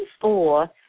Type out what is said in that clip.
four